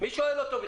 מי שואל אותו?